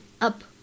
up